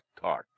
thought